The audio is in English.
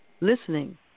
listening